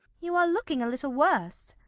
you are looking a little worse.